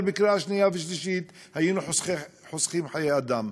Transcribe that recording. בקריאה שנייה ושלישית היינו חוסכים חיי אדם.